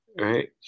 right